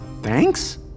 Thanks